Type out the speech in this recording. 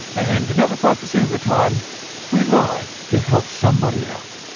and another five percent of the time we lie to help somebody out.